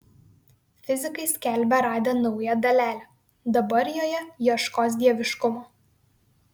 fizikai skelbia radę naują dalelę dabar joje ieškos dieviškumo